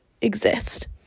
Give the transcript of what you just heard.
exist